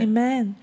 Amen